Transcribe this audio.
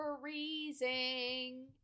freezing